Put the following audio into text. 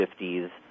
50s